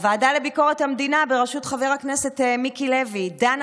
הוועדה לביקורת המדינה בראשות חבר הכנסת מיקי לוי דנה